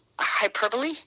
Hyperbole